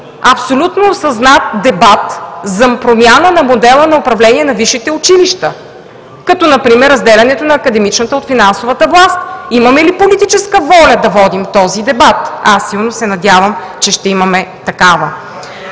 абсолютно осъзнат дебат за промяна на модела на управление на висшите училища, като например разделянето на академичната от финансовата власт. Имаме ли политическа воля да водим този дебат? Аз силно се надявам, че ще имаме такава.